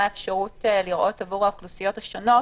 אפשרות לראות עבור האוכלוסיות השונות